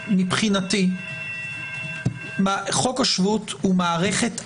מבחינתי חוק השבות הוא מערכת אחת.